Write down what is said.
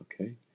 Okay